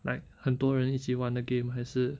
like 很多人一起玩的 game 还是